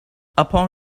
upon